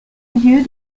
lieu